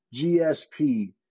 GSP